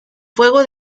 fuego